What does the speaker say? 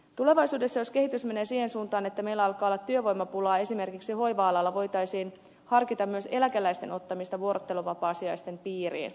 tulevaisuudessa jos kehitys menee siihen suuntaan että meillä alkaa olla työvoimapulaa esimerkiksi hoiva alalla voitaisiin harkita myös eläkeläisten ottamista vuorotteluvapaasijaisten piiriin